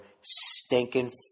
stinking